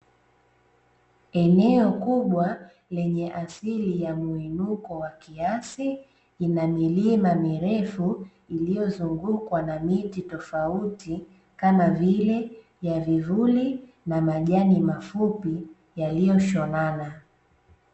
Eneo kubwa lenye asili ya muinuko wa kiasi ina milima mirefu iliyozungukwa na miti tofauti, kama vile ya vivuli na majani mafupi yaliyoshonana.